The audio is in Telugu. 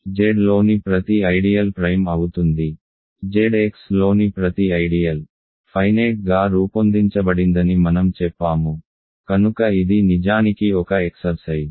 Zలోని ప్రతి ఐడియల్ ప్రైమ్ అవుతుంది ZXలోని ప్రతి ఐడియల్ ఫైనేట్ గా రూపొందించబడిందని మనం చెప్పాము కనుక ఇది నిజానికి ఒక ఎక్సర్సైజ్